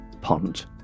pond